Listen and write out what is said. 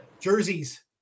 Jerseys